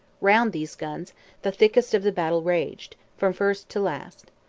round these guns the thickest of the battle raged, from first to last.